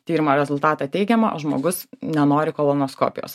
tyrimo rezultatą teigiamą o žmogus nenori kolonoskopijos